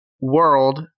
world